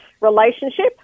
relationship